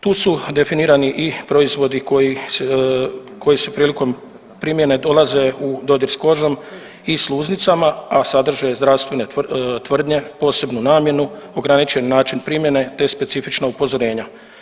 Tu su definirani i proizvodi koji se prilikom primjene dolaze u dodir s kožom i sluznicama, a sadrže zdravstvene tvrdnje, posebnu namjenu, ograničen način primjene, te specifična upozorenja.